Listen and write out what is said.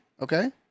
okay